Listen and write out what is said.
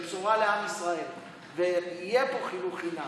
זו בשורה לעם ישראל ויהיה פה חינוך חינם.